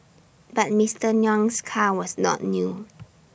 but Mister Nguyen's car was not new